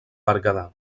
berguedà